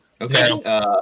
okay